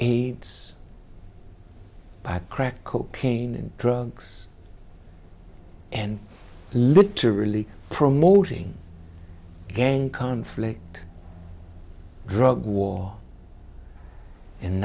aids by crack cocaine and drugs and literally promoting gang conflict drug war and